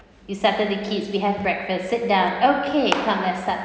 you settle the kids we have breakfast sit down okay come lets start